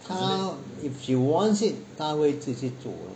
她 if she wants it 她会自己去做